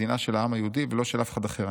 מדינה של העם היהודי ולא של אף אחד אחר".